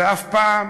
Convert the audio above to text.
ואף פעם